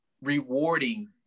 rewarding